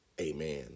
amen